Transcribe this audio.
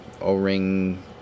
o-ring